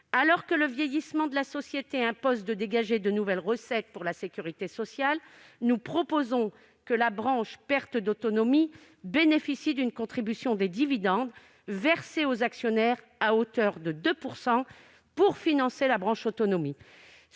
Alors que le vieillissement de la société impose de dégager de nouvelles recettes pour la sécurité sociale, nous proposons que la branche « perte d'autonomie » bénéficie d'une contribution des dividendes versés aux actionnaires à hauteur de 2 %. Cette mesure permettrait